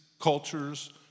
cultures